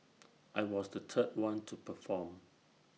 I was the third one to perform